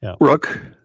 Rook